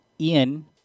Ian